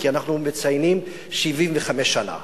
כי אנחנו מציינים 75 שנה.